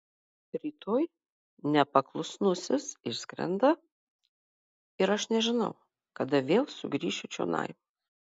rytoj nepaklusnusis išskrenda ir aš nežinau kada vėl sugrįšiu čionai